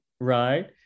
right